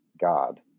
God